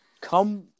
come